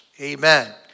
Amen